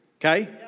Okay